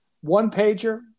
One-pager